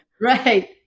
Right